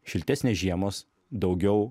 šiltesnės žiemos daugiau